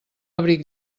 abric